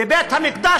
בבית-המקדש,